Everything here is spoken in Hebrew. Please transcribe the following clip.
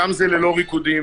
שם זה ללא ריקודים.